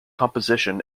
composition